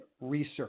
research